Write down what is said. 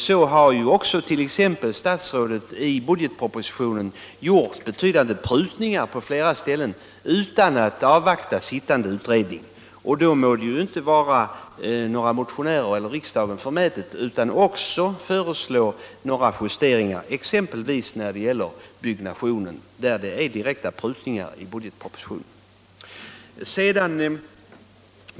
Så har t.ex. statsrådet i budgetpropositionen gjort betydande prutningar på flera ställen utan att avvakta sittande utredning. Då må det inte vara förmätet av några motionärer eller av riksdagen att också föreslå några justeringar, exempelvis när det gäller byggnationen, där det är direkta prutningar i budgetpropositionen.